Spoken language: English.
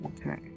Okay